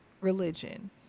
religion